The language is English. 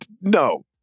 no